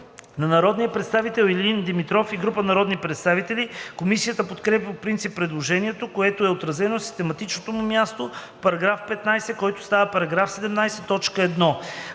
на народния представител Илин Димитров и група народни представители. Комисията подкрепя по принцип предложението, което е отразено на систематичното му място в § 15, който става § 17,